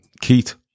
Keith